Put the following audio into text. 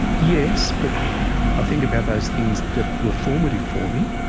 yes, but i think about those things that were formative for me.